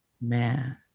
Man